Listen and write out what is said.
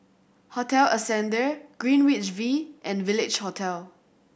Hotel Ascendere Greenwich V and Village Hotel